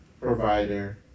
provider